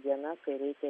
diena kai reikia